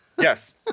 Yes